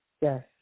Yes